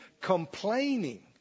Complaining